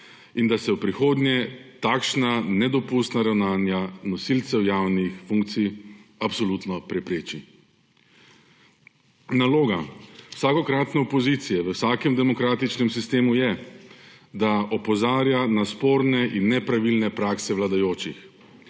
in da se v prihodnje takšna nedopustna ravnanja nosilcev javnih funkcij absolutno prepreči. Naloga vsakokratne opozicije v vsakem demokratičnem sistemu je, da opozarja na sporne in nepravilne prakse vladajočih.